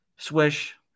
Swish